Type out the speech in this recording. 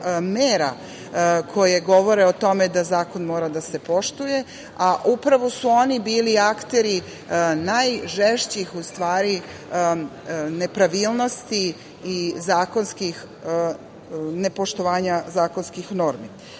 mera koje govore o tome da zakon mora da se poštuje, a upravo su oni bili akteri najžešćih nepravilnosti i nepoštovanja zakonskih normi. Kada